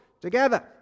together